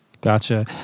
Gotcha